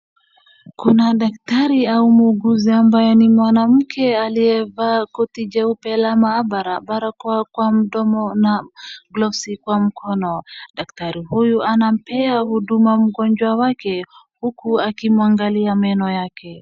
Kuna daktari au muuguzi ambaye ni mwanamke aliyevaa koti jeupe la maabara ,barakoa kwa mdomo na gloves kwa mkono. Daktari huyu anampea huduma mgonjwa wake huku akimwangalia meno yake.